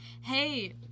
Hey